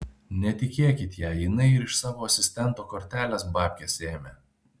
netikėkit ja jinai ir iš savo asistento kortelės babkes ėmė